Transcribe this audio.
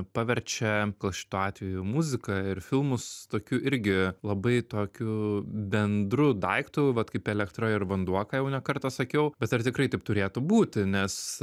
paverčia gal šiuo atveju muziką ir filmus tokiu irgi labai tokiu bendru daiktu vat kaip elektra ir vanduo ką jau ne kartą sakiau bet ar tikrai taip turėtų būti nes